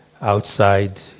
outside